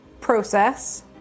process